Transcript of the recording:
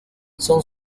son